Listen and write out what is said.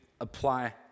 apply